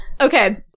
Okay